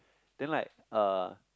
then like uh